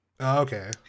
Okay